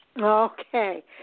Okay